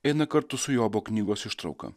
eina kartu su jobo knygos ištrauka